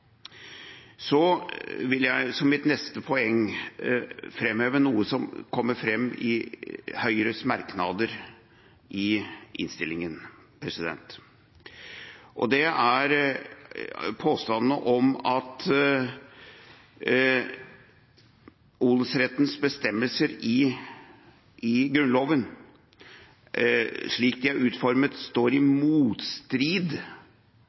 Så vil jeg som mitt neste poeng framheve noe som kommer fram i Høyres merknader i innstillingen. Det er påstanden om at odelsrettens bestemmelser i Grunnloven, slik de er utformet, «står i